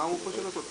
מה הוא חושב לעשות.